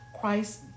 Christ